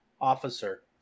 officer